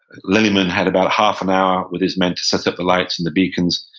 lillyman had about half an hour with his men to set up the lights and the beacons,